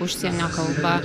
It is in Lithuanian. užsienio kalba